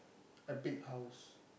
epic house